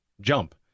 jump